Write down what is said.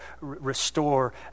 restore